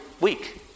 week